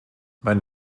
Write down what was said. mein